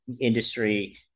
industry